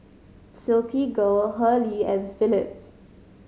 Silkygirl Hurley and Phillips